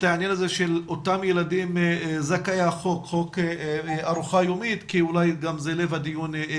העניין של אותם ילדים זכאי החוק ארוחה יומית כי זה לב הדיון,